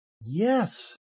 yes